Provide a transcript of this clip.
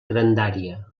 grandària